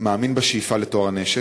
ומאמין בשאיפה לטוהר הנשק.